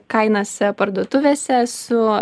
kainas parduotuvėse su